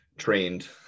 trained